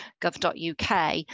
gov.uk